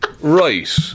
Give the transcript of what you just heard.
Right